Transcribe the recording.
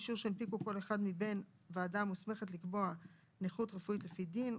אישור שהנפיקו כל אחד מבין ועדה המוסמכת לקבוע נכות רפואית לפי דין,